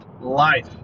Life